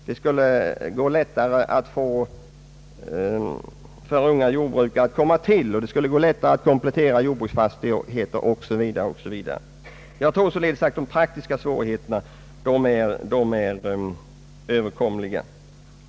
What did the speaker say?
Det skulle då bli lättare för unga jordbrukare att träda till och lättare att komplettera jordbruksfastigheter o.s.v. Jag tror vidare att de praktiska svårigheterna kan Öövervinnas.